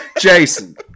Jason